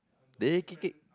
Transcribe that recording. they you kick it